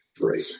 great